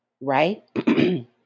right